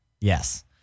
Yes